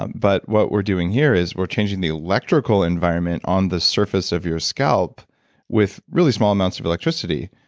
but, what we're doing here is, we're changing the electrical environment on the surface of your scalp with really small amounts of electricity.